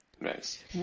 Nice